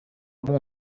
bon